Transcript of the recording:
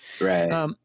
Right